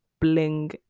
Bling